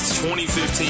2015